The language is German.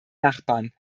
nachbarn